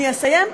אני אסיים,